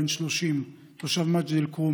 בן 30 תושב מג'ד אל-כרום,